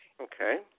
Okay